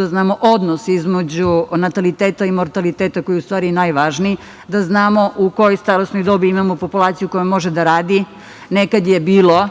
da znamo odnos između nataliteta i mortaliteta, koji je u stvari i najvažniji, da znamo u kojoj starosni dobi imamo populaciju koja može da radi. Nekad je bilo